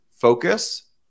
focus